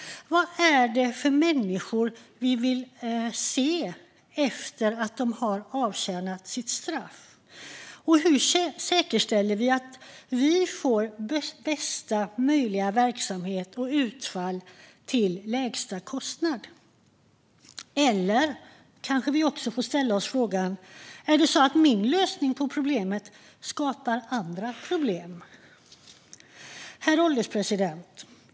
Vad är det för människor vi vill se efter att de avtjänat sitt straff? Hur säkerställer vi att vi får bästa möjliga verksamhet och utfall till lägsta kostnad? Kanske får vi också ställa oss frågan: Är det så att min lösning på problemet skapar andra problem? Herr ålderspresident!